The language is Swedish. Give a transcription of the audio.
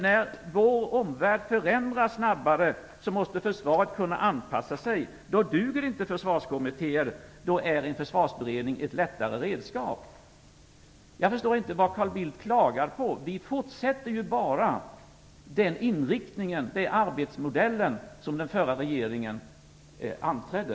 När vår omvärld förändras snabbare måste försvaret kunna anpassa sig. Då duger inte försvarskommittéer. Då är en försvarsberedning ett lättare redskap. Jag förstår inte vad Carl Bildt klagar på. Vi fortsätter bara den inriktning och den arbetsmodell som den förra regeringen anträdde.